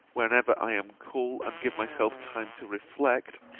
whenever i am cool, and give myself time to reflect,